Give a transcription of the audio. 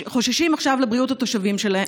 שחוששים עכשיו לבריאות ולחייהם.